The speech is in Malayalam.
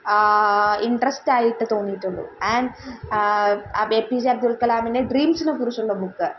ഇന്ട്രസ്റ്റായിട്ട് തോന്നിയിട്ടുള്ളൂ ആന് ഏ പീ ജെ അബ്ദുള്ക്കലാമിന്റെ ഡ്രീംസിനെക്കുറിച്ചുള്ള ബുക്ക്